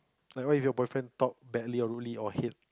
like what if your boyfriend talk badly or rudely or hate